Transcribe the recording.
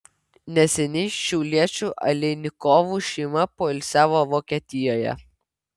neseniai šiauliečių aleinikovų šeima poilsiavo vokietijoje